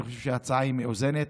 אני חושב שההצעה מאוזנת.